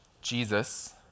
Jesus